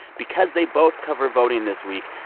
because they both covered voting this week,